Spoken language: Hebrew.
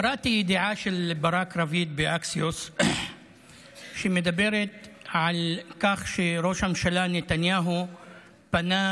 קראתי ידיעה של ברק רביד ב-Axios שמדברת על כך שראש הממשלה נתניהו פנה